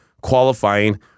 qualifying